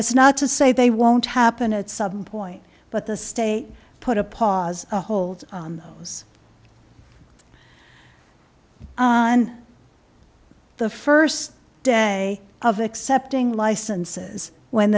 is not to say they won't happen at some point but the state put a pause hold those on the first day of accepting licenses when